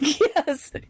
Yes